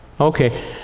Okay